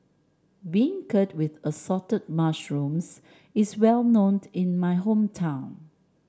beancurd with Assorted Mushrooms is well known in my hometown